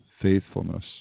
faithfulness